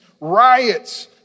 riots